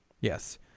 Yes